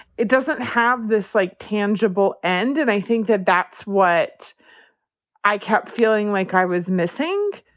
it doesn't have this, like, tangible end and i think that that's what i kept feeling like i was missing